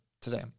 today